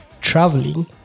traveling